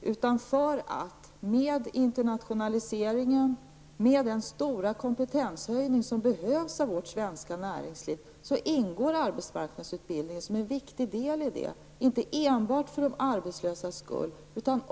Mot bakgrund av internationaliseringen och den stora kompetenshöjning som behövs i vårt svenska näringsliv ingår arbetsmarknadsutbildning som en viktig del, inte enbart för de arbetslösas skull.